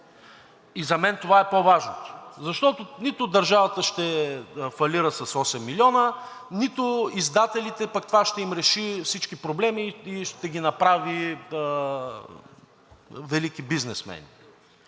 и за мен това е по-важно, защото нито държавата ще фалира с осем милиона, нито издателите пък това ще им реши всички проблеми и ще ги направи велики бизнесмени,